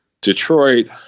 Detroit